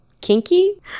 kinky